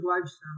lifestyle